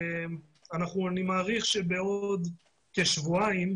אני מעריך שבעוד כשבועיים,